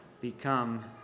become